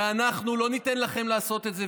ואנחנו לא ניתן לכם לעשות את זה,